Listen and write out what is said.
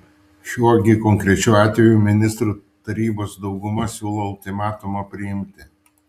šiuo gi konkrečiu atveju ministrų tarybos dauguma siūlo ultimatumą priimti